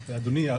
אדוני,